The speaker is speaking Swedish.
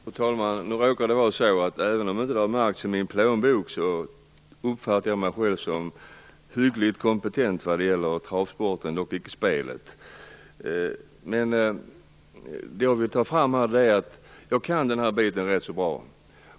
Fru talman! Nu råkar det vara så, att även om det inte märks i min plånbok uppfattar jag mig som hyggligt kompetent vad gäller travsporten, dock icke spelet. Det jag här vill ta fram är att jag kan den här biten rätt så bra.